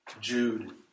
Jude